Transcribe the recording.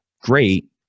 great